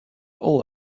all